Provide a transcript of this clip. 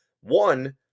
one